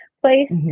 place